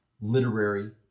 literary